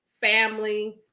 family